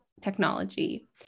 technology